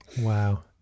wow